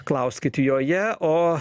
klauskit joje o